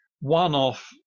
one-off